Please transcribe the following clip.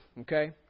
okay